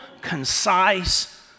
concise